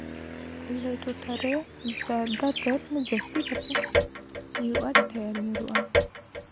ᱟᱞᱮ ᱴᱚᱴᱷᱟᱨᱮ ᱡᱟᱫᱟ ᱛᱚᱨ ᱡᱟᱹᱥᱛᱤ ᱠᱟᱛᱮ ᱦᱩᱭᱩᱜᱼᱟ ᱴᱷᱮᱹᱨ ᱧᱩᱨᱩᱜᱼᱟ